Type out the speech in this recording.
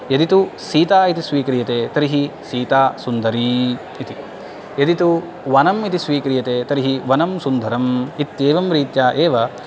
यदि तु सीता इति स्वीक्रियते तर्हि सीता सुन्दरी इति यदि तु वनम् इति स्वीक्रियते तर्हि वनं सुन्दरम् इत्येवं रीत्या एव